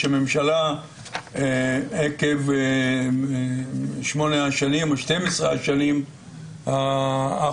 הממשלה עקב שמונה השנים או 12 השנים החולפות.